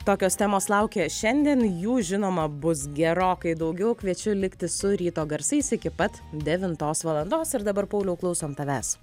tokios temos laukia šiandien jų žinoma bus gerokai daugiau kviečiu likti su ryto garsais iki pat devintos valandos ir dabar pauliau klausom tavęs